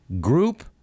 group